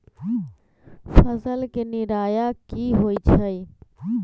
फसल के निराया की होइ छई?